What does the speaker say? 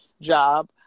job